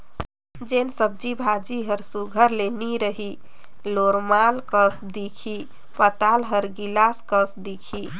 जेन सब्जी भाजी हर सुग्घर ले नी रही लोरमाल कस दिखही पताल हर गिलाल कस दिखही